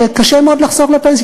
שקשה מאוד לחסוך לפנסיה,